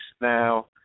Now